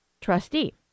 trustee